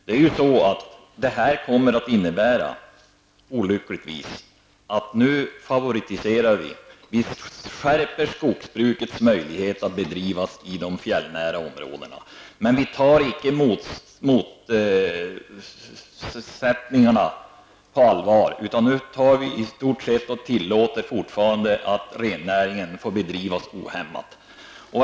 Det här innebär olyckligtvis att vi nu ökar möjligheterna att bedriva skogsbruk i de fjällnära områdena, men vi tar inte motsättningarna på allvar utan fortsätter att tillåta att rennäringen bedrivs ohämmat.